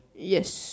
yes